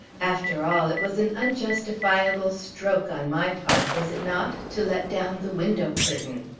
after all, it was an unjustifiable stroke, on my part was it not to let down the window curtain!